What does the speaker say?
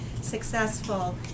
successful